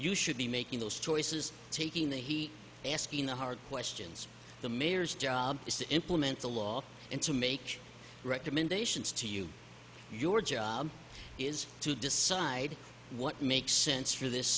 you should be making those choices taking the heat asking the hard questions the mayor's job is to implement the law and to make recommendations to you your job is to decide what makes sense for this